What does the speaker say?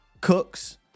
Cooks